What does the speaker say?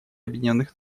объединенных